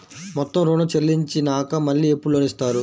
మొత్తం ఋణం చెల్లించినాక మళ్ళీ ఎప్పుడు లోన్ ఇస్తారు?